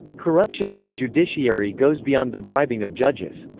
corruption in the judiciary goes beyond the bribing of judges.